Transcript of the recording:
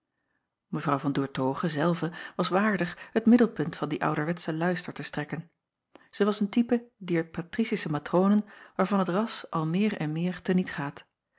evrouw an oertoghe zelve was waardig het middelpunt van dien ouderwetschen luister te strekken ij was een type dier patricische matronen waarvan het ras al meer en meer te niet gaat